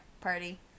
party